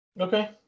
Okay